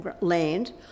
land